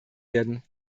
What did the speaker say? werden